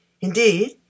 Indeed